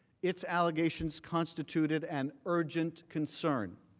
its allegations constituted an urgent concern.